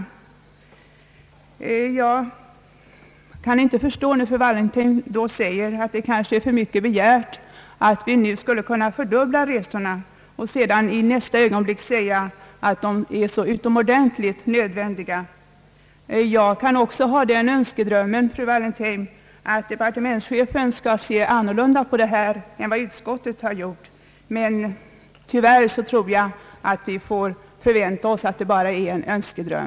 Jag kan inte förstå fru Wallentheim när hon först säger att det är för mycket begärt att vi nu skulle kunna fördubbla resorna och sedan i nästa ögonblick säger att de är så utomordentligt nödvändiga. Jag kan också ha den önskedrömmen, fru Wallentheim, att departementschefen skall se annorlunda på detta än vad utskottet har gjort. Men tyvärr tror jag att det bara är en önskedröm.